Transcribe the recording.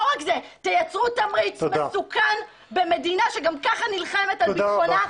תייצרו תמריץ מסוכן במדינה שגם ככה נלחמת על ביטחונה.